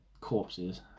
Corpses